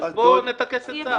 אז בואו נטכס עצה.